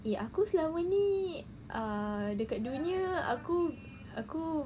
eh aku selama ni err dekat dunia aku aku